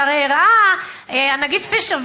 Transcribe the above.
שהרי הראו הנגיד פישר,